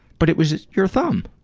but it was your thumb!